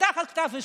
תחת כתב אישום.